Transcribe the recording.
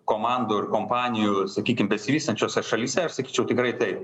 komandų ir kompanijų sakykim besivystančiose šalyse aš sakyčiau tikrai taip